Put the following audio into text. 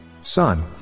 Son